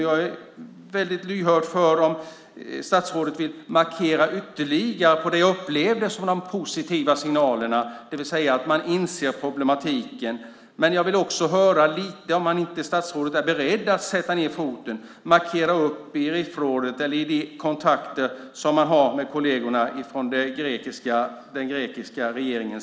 Jag är väldigt lyhörd för om statsrådet ytterligare vill markera det som jag upplevde som de positiva signalerna, det vill säga att man inser problematiken. Men jag vill också höra om inte statsrådet är beredd att sätta ned foten och markera uppe i RIF-rådet eller i de kontakter man har med kollegerna i den grekiska regeringen.